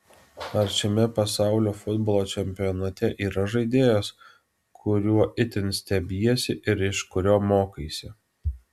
ar šiame pasaulio futbolo čempionate yra žaidėjas kuriuo itin stebiesi ir iš kurio mokaisi